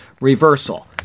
reversal